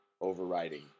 overriding